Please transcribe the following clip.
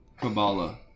Kabbalah